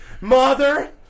mother